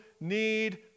need